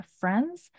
friends